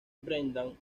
brendan